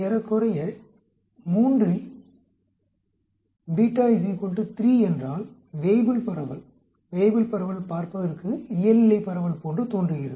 ஏறக்குறைய 3 இல் என்றால் வேய்புல் பரவல் வேய்புல் பரவல் பார்ப்பதற்கு இயல்நிலைப் பரவல் போன்றுத் தெரிகிறது